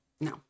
No